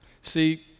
See